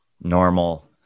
normal